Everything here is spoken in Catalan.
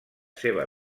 seva